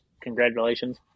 Congratulations